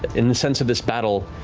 in the sense of this battle,